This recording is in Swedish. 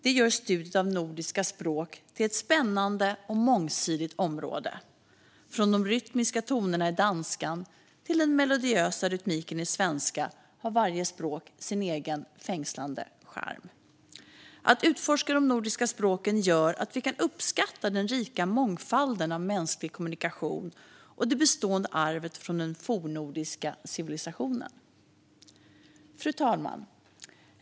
Det gör studiet av nordiska språk till ett spännande och mångsidigt område. Från de rytmiska tonerna i danskan till den melodiösa rytmiken i svenska har varje språk sin egna fängslande charm. Att utforska de nordiska språken gör att vi kan uppskatta den rika mångfalden av mänsklig kommunikation och det bestående arvet från den fornnordiska civilisationen. Fru talman!